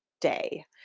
day